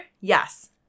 yes